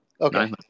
Okay